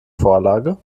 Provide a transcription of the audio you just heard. vorlage